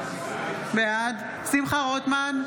בעד שמחה רוטמן,